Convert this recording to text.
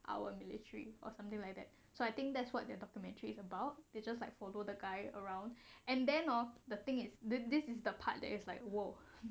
our military or something like that so I think that's what they're documentary about they just like follow the guy around and then hor the thing is that this is the part that it's like !whoa!